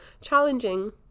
challenging